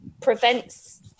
prevents